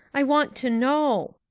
i want to know.